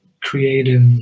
creative